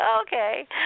okay